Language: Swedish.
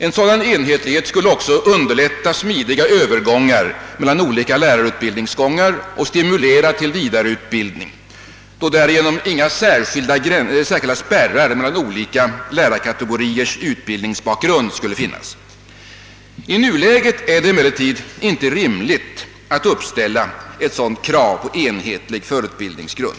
En sådan enhetlighet skulle även underlätta en smidig övergång mellan olika slags lärarutbildning och stimulera till vidareutbildning, då därigenom inga särskilda spärrar med hänsyn till olika lärarkategoriers utbildningsbakgrund skulle finnas. I nuläget är det emellertid inte rimligt att uppställa ett sådan krav på enhetlig förutbildningsgrund.